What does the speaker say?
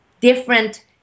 different